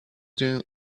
doing